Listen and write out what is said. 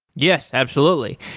yes, absolutely.